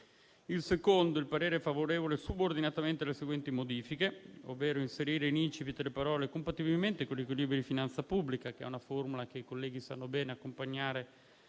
sul secondo impegno il parere è favorevole subordinatamente alle seguenti modifiche, ovvero: inserire in *incipit* le parole «compatibilmente con gli equilibri di finanza pubblica», che è una formula che, come i colleghi sanno bene, accompagna